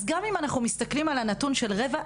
אז גם אם מסתכלים על הנתון של רבע,